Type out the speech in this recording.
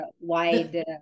wide